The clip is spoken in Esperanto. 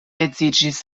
edziĝis